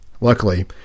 Luckily